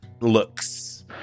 looks